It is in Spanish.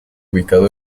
ubicado